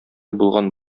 булган